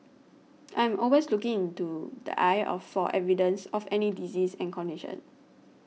I am always looking into the eye of for evidence of any disease and condition